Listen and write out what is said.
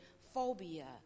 phobia